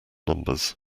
numbers